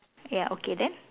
ya okay then